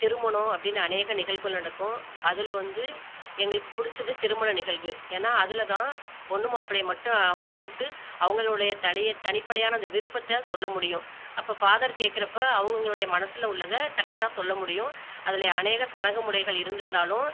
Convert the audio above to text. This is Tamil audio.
திருமணம் அப்படின்னு அநேக நிகழ்வுகள் நடக்கும் அதில் வந்து எங்களுக்குப் பிடிச்சது திருமண நிகழ்வு ஏன்னால் அதில் தான் பெண்ணு மாப்பிளைய மட்டும் அவங்க கூப்பிட்டு அவங்களுடைய தனி தனிப்படையான அந்த விருப்பத்தை சொல்ல முடியும் அப்போ ஃபாதர் கேட்குறப்ப அவங்கவுங்ளுடைய மனசில் உள்ளதை கரெக்டாக சொல்ல முடியும் அதில் அநேக சடங்கு முறைகள் இருந்திருந்தாலும்